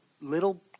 little